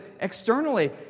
externally